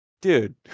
dude